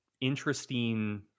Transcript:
interesting